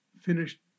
finished